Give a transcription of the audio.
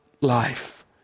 life